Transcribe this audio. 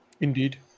indeed